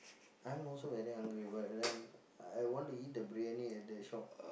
I'm also very hungry but then I want to eat the briyani at that shop